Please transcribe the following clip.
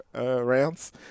rants